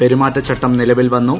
പെരുമാറ്റച്ചട്ടം നിലവിൽ വന്നു